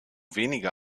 wenige